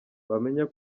bamenya